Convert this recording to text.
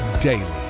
daily